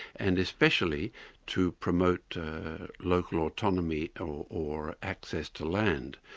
and especially to promote local autonomy or or access to land.